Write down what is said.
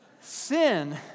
sin